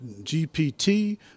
GPT